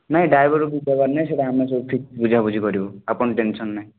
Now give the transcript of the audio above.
ନାଇଁ ଡ୍ରାଇଭରକୁ କହିବାର ନାହିଁ ସେ କାମ ସବୁ ଠିକ୍ ବୁଝାବୁଝି କରିବୁ ଆପଣ ଟେନସନ୍ ନାହିଁ